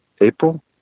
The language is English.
April